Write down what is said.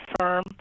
firm